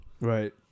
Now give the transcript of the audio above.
Right